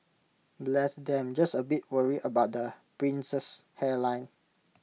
bless them just A bit worried about the prince's hairline